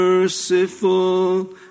Merciful